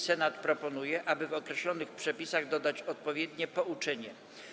Senat proponuje, aby w określonych przepisach dodać odpowiednie pouczenie.